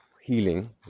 healing